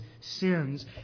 sins